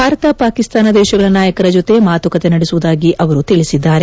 ಭಾರತ ಪಾಕಿಸ್ತಾನ ದೇಶಗಳ ನಾಯಕರ ಜೊತೆ ಮಾತುಕತೆ ನಡೆಸುವುದಾಗಿ ಅವರು ತಿಳಿಸಿದ್ದಾರೆ